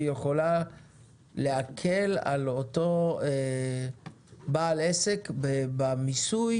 והיא יכולה להקל על אותו בעל עסק במיסוי?